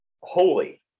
holy